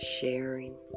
sharing